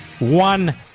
one